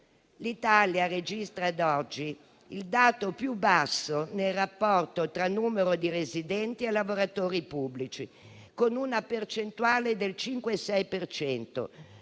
L'Italia registra ad oggi il dato più basso nel rapporto tra numero di residenti e lavoratori pubblici, con una percentuale del 5,6